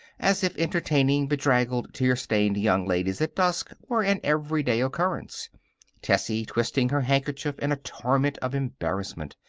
as if entertaining bedraggled, tear-stained young ladies at dusk were an everyday occurrence tessie, twisting her handkerchief in a torment of embarrassment.